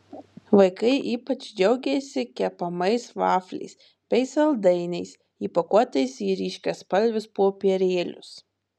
vaikai ypač džiaugėsi kepamais vafliais bei saldainiais įpakuotais į ryškiaspalvius popierėlius